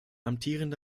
amtierende